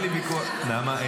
נעמה,